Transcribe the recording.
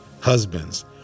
Husbands